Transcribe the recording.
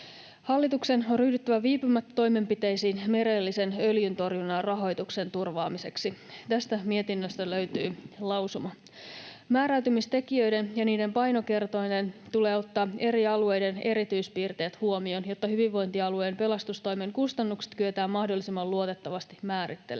Hallituksen on ryhdyttävä viipymättä toimenpiteisiin merellisen öljyntorjunnan rahoituksen turvaamiseksi — tästä löytyy mietinnöstä lausuma. Määräytymistekijöiden ja niiden painokertoimien tulee ottaa eri alueiden erityispiirteet huomioon, jotta hyvinvointialueen pelastustoimen kustannukset kyetään mahdollisimman luotettavasti määrittelemään.